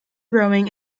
growing